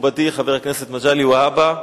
מכובדי חבר הכנסת מגלי והבה,